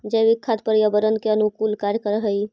जैविक खाद पर्यावरण के अनुकूल कार्य कर हई